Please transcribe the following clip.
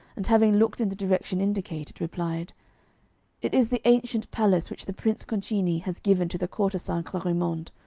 and having looked in the direction indicated, replied it is the ancient palace which the prince concini has given to the courtesan clarimonde.